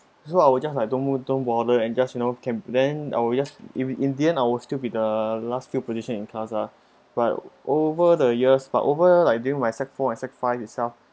so I would just like don't move don't bother and just you know can then I will just in the in the end I will still be the last few position in class lah but over the years but over like during my sec~ four and sec~ five itself